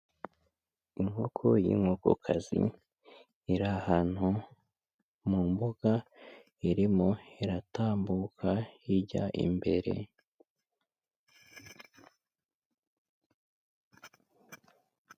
Inkoko y'inkoko kazi iri ahantu mu mbuga irimo iratambuka ijya imbere.